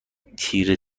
تیره